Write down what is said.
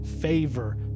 favor